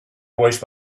waste